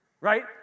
Right